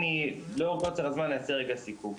לאור קוצר הזמן אני אעשה סיכום.